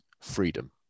freedom